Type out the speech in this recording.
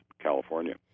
California